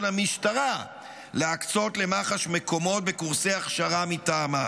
המשטרה להקצות למח"ש מקומות בקורסי הכשרה מטעמה,